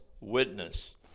witness